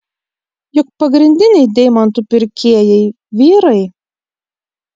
juk pagrindiniai deimantų pirkėjai vyrai